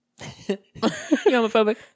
homophobic